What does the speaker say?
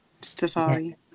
safari